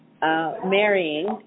marrying